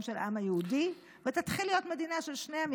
של העם היהודי ותתחיל להיות מדינה של שני עמים.